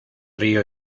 río